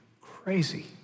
crazy